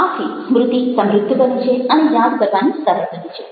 આથી સ્મૃતિ સમૃદ્ધ બને છે અને યાદ કરવાનું સરળ બને છે